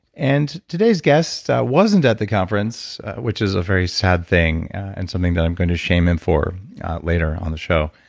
and today's guest wasn't at the conference which is a very sad thing and something that i'm going to shame him for later on the show